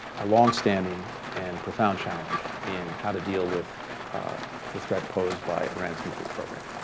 a longstanding and profound challenge in how to deal with the threat posed by iran's nuclear program.